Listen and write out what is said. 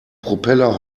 propeller